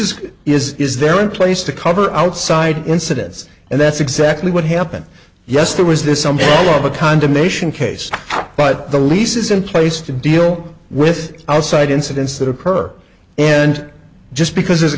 es is there in place to cover outside incidents and that's exactly what happened yes there was this something of a condemnation case but the lease is in place to deal with outside incidents that occur and just because there's a